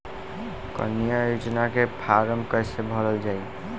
कन्या योजना के फारम् कैसे भरल जाई?